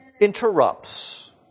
interrupts